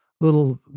little